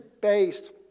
based